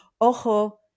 ojo